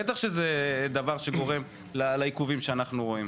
בטח שזה דבר שגורם לעיכובים שאנחנו רואים.